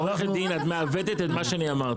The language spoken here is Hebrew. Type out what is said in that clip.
עורכת דין את מעוותת את מה שאמרתי.